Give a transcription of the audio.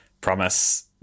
promise